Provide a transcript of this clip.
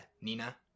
Nina